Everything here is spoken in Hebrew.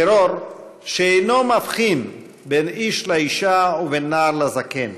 טרור שאינו מבחין בין איש לאישה ובין נער לזקן